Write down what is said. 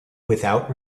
without